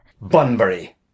Bunbury